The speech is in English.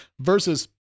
versus